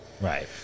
Right